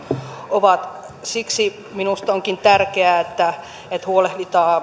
jo ovat siksi minusta onkin tärkeää että huolehditaan